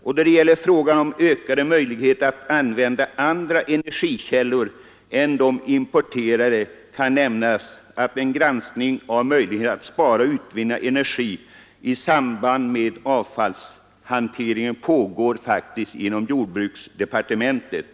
Vad särskilt gäller frågan om ökade möjligheter att använda andra energikällor än de importerade kan nämnas, att en granskning av möjligheterna att spara och utvinna energi i samband med avfallshanteringen pågår inom jordbruksdepartementet.